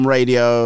Radio